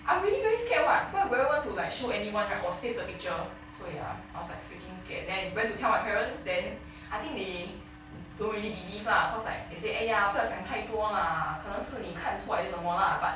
I'm really very scared [what] why would you want to like show anyone right or save the picture so ya I was like freaking scared then went to tell my parents then I think they don't really believe lah cause like they say !aiya! 不要想太多 lah 可能是你看错还是什么 lah but